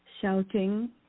shouting